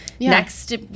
Next